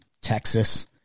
Texas